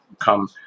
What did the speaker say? come